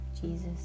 Jesus